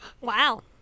Wow